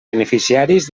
beneficiaris